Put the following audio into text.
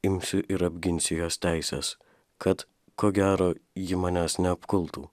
imsiu ir apginsiu jos teises kad ko gero ji manęs neapkultų